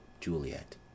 Juliet